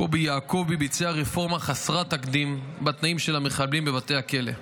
קובי יעקובי ביצע רפורמה חסרת תקדים בתנאים של המחבלים בבתי הכלא: